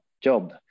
job